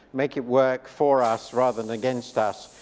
make it work for us rather than against us,